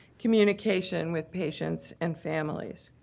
communication with patients and families.